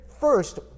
first